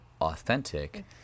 authentic